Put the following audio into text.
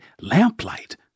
lamplight